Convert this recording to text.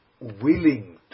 willing